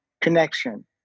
connection